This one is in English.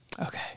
Okay